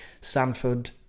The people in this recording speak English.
Sanford